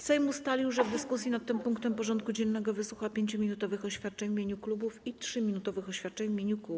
Sejm ustalił, że w dyskusji nad tym punktem porządku dziennego wysłucha 5-minutowych oświadczeń w imieniu klubów i 3-minutowych oświadczeń w imieniu kół.